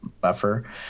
buffer